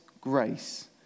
grace